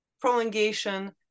prolongation